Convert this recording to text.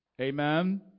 Amen